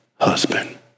husband